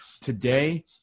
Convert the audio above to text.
Today